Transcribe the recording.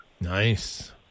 Nice